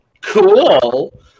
cool